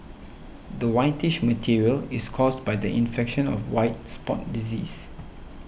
the whitish material is caused by the infection of white spot disease